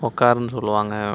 உட்காருனு சொல்லுவாங்கள்